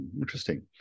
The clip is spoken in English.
Interesting